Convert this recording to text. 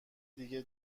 دیگه